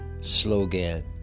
slogan